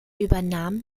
übernahm